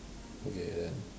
okay then